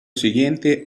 siguiente